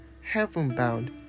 heaven-bound